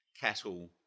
cattle